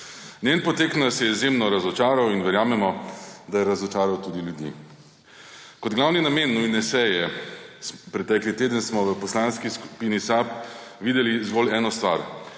Njen potek nas je izjemno razočaral in verjamemo, da je razočaral tudi ljudi. Kot glavni namen nujne seje pretekli teden smo v Poslanski skupini SAB videli zgolj eno stvar,